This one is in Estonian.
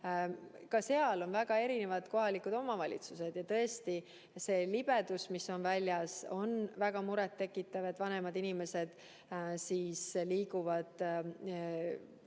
Ka maal on väga erinevad kohalikud omavalitsused ja tõesti see libedus, mis on väljas, on väga muret tekitav. Vanemad inimesed liiguvad,